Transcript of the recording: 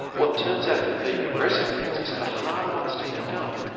well it turns out that the aggressive cancers are the harder ones to pick up.